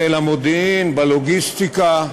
בחיל המודיעין, בלוגיסטיקה,